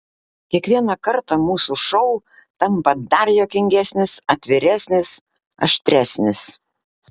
kiekvieną kartą mūsų šou tampa dar juokingesnis atviresnis aštresnis